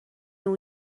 اون